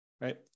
right